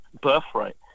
birthright